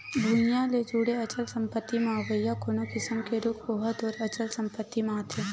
भुइँया ले जुड़े अचल संपत्ति म अवइया कोनो किसम के रूख ओहा तोर अचल संपत्ति म आथे